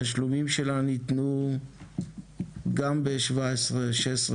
התשלומים שלה ניתנו גם ב-2016-2018.